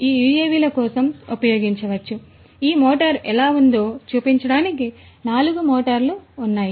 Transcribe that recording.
కాబట్టి ఈ మోటారు ఎలా ఉందో చూపించడానికి నాలుగు వేర్వేరు మోటార్లు ఉన్నాయి